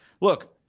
Look